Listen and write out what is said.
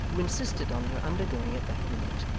who insisted on her undergoing it that minute.